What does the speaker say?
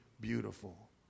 beautiful